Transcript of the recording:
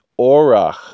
orach